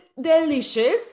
delicious